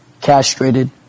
Castrated